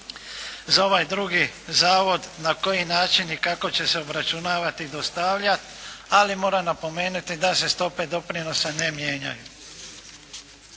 za ovaj drugi zavod, na koji način i kako će se obračunavati i dostavljati. Ali moram napomenuti da se stope doprinosa ne mijenjaju.